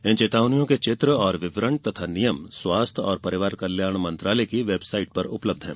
इन चेतावनियों के चित्र और विवरण तथा नियम स्वास्थ्य और परिवार कल्याण मंत्रालय की वेबसाइट पर उपलब्ध हैं